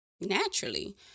naturally